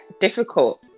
difficult